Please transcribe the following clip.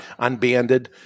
unbanded